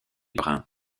brun